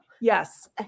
yes